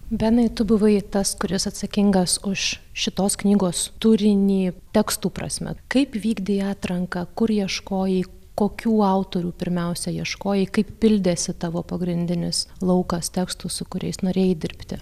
benai tu buvai tas kuris atsakingas už šitos knygos turinį tekstų prasme kaip vykdei atranką kur ieškojai kokių autorių pirmiausia ieškojai kaip pildėsi tavo pagrindinis laukas tekstų su kuriais norėjai dirbti